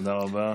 תודה רבה.